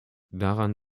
daran